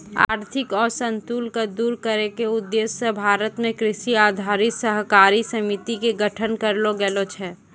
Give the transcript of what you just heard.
आर्थिक असंतुल क दूर करै के उद्देश्य स भारत मॅ कृषि आधारित सहकारी समिति के गठन करलो गेलो छै